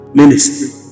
ministry